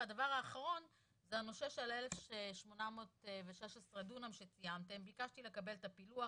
והדבר האחרון זה הנושא של 1,816 דונם שציינתם ביקשתי לקבל את הפילוח